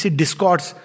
discords